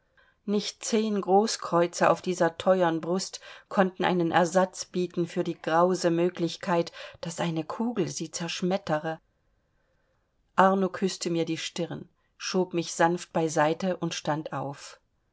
nicht zehn großkreuze auf dieser teuern brust konnten einen ersatz bieten für die grause möglichkeit daß eine kugel sie zerschmettere arno küßte mir die stirn schob mich sanft beiseite und stand auf